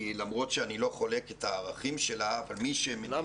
למרות שאני לא חולק את הערכים שלה --- איך